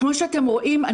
כמו שאתם רואים,